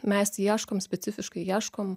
mes ieškom specifiškai ieškom